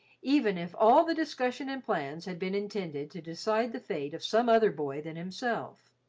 even if all the discussion and plans had been intended to decide the fate of some other boy than himself.